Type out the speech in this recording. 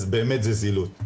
אז באמת זה זילות.